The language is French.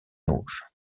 auge